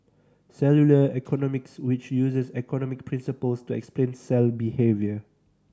cellular economics which uses economic principles to explain cell behaviour